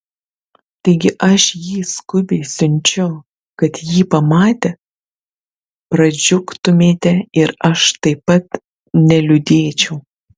taigi aš jį skubiai siunčiu kad jį pamatę pradžiugtumėte ir aš taip pat neliūdėčiau